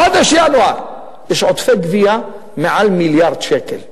בחודש ינואר יש עודפי גבייה מעל 1 מיליארד שקל.